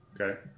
Okay